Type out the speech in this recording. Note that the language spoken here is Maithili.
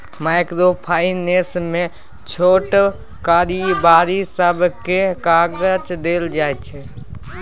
माइक्रो फाइनेंस मे छोट कारोबारी सबकेँ करजा देल जाइ छै